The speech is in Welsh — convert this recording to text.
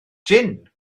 jin